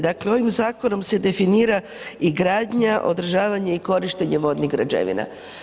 Dakle, ovim zakonom se definira i gradnja, održavanje i korištenje vodnih građevina.